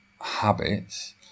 habits